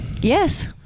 Yes